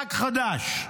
מושג חדש.